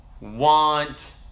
want